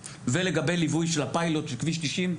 ולגבי ליווי של הפיילוט של כביש 90,